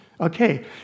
Okay